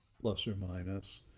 plus or minus.